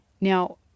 Now